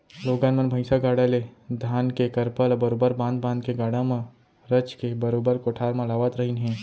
लोगन मन भईसा गाड़ा ले धान के करपा ल बरोबर बांध बांध के गाड़ा म रचके बरोबर कोठार म लावत रहिन हें